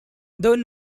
though